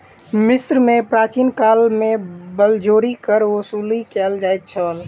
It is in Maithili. मिस्र में प्राचीन काल में बलजोरी कर वसूली कयल जाइत छल